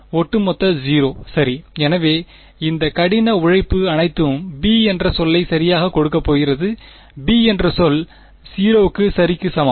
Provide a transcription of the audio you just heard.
ஒட்டுமொத்த 0 சரி எனவே இந்த கடின உழைப்பு அனைத்தும் b என்ற சொல்லை சரியாக கொடுக்க போகிறது b என்ற சொல் 0 சரிக்கு சமம்